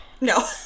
No